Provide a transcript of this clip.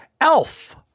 Elf